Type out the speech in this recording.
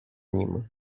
nim